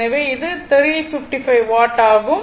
எனவே இது 355 வாட் ஆகும்